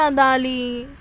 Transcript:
um dali,